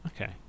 Okay